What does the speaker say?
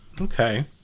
okay